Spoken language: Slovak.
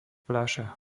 fľaša